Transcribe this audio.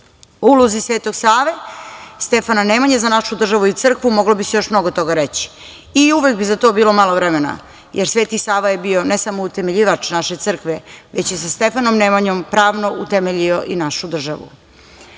ulozi Svetog Save, Stefana Nemanje za našu državu i crkvu moglo bi se još mnogo toga reći. I uvek bi za to bilo malo vremena, jer Sveti Sava je bio ne samo utemeljivač naše crkve, već i sa Stefanom Nemanjom pravno utemeljio i našu